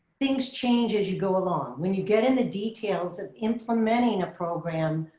things change as you go along. when you get in the details of implementing a program,